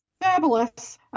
fabulous